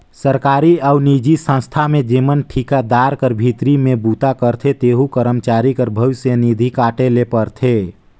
सरकारी अउ निजी संस्था में जेमन ठिकादार कर भीतरी में बूता करथे तेहू करमचारी कर भविस निधि काटे ले परथे